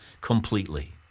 completely